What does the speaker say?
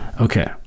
Okay